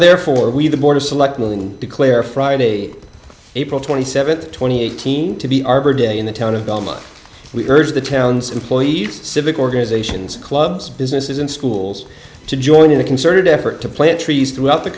therefore we the board of selectmen declare friday april twenty seventh twenty eight team to be arbor day in the town of goma we urge the town's employees civic organizations clubs businesses and schools to join in a concerted effort to plant trees throughout the